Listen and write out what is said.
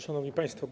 Szanowni Państwo!